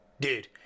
Dude